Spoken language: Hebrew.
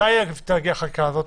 מתי תגיע החקיקה הזאת?